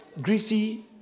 greasy